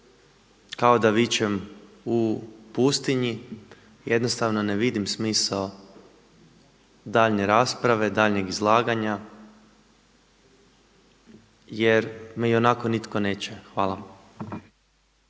kao da vičem u pustinji. Jednostavno ne vidim smisao daljnje rasprave, daljnjeg izlaganja jer me ionako ne čuje. Hvala.